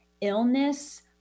illness